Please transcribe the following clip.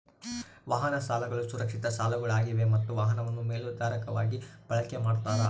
ವಾಹನ ಸಾಲಗಳು ಸುರಕ್ಷಿತ ಸಾಲಗಳಾಗಿವೆ ಮತ್ತ ವಾಹನವನ್ನು ಮೇಲಾಧಾರವಾಗಿ ಬಳಕೆ ಮಾಡ್ತಾರ